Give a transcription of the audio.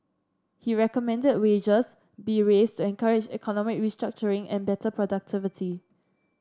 he recommended wages be raised to encourage economic restructuring and better productivity